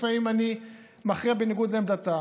לפעמים אני מכריע בניגוד לעמדתם,